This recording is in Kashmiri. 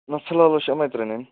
نہ فِلحال حظ چھِ یِمَے ترٛے نِنۍ